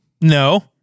No